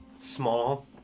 small